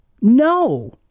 no